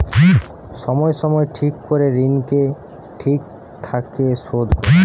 সময় সময় ঠিক করে ঋণকে ঠিক থাকে শোধ করা